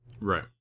right